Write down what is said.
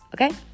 Okay